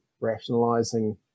rationalizing